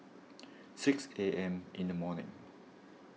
six A M in the morning